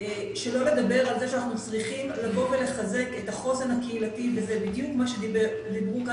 אני לא רוצה לשמוע את זה --- אמרתי שבניגוד למה שחושבים,